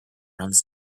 runs